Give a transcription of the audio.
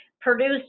produced